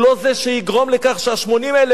הוא לא זה שיגרום לכך שה-80,000,